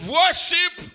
worship